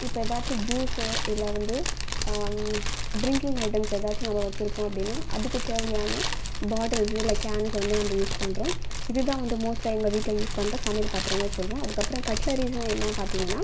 இப்போ ஏதாச்சும் ஜுஸு இல்லை வந்து ட்ரிங்கிங் ஐட்டம்ஸ் ஏதாச்சும் நம்ம வச்சுருக்கோம் அப்படின்னால் அதுக்குத் தேவையான பாட்டில்ஸ் இல்லை கேன்ஸ் அதலாம் வந்து யூஸ் பண்ணுறோம் இது தான் வந்து மோஸ்ட்டாக எங்கள் வீட்டில் யூஸ் பண்ணுற சமையல் பாத்திரங்கள்னு சொல்கிறோம் அதுக்கப்புறம் கட்லரிஸ்னால் என்ன பார்த்தீங்கன்னா